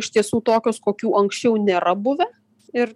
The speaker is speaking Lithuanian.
iš tiesų tokios kokių anksčiau nėra buvę ir